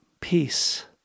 peace